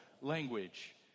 language